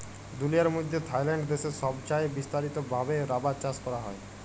দুলিয়ার মইধ্যে থাইল্যান্ড দ্যাশে ছবচাঁয়ে বিস্তারিত ভাবে রাবার চাষ ক্যরা হ্যয়